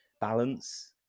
balance